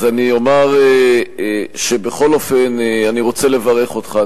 אז אני אומר שבכל אופן אני רוצה לברך אותך.